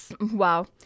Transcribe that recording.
Wow